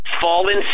fallen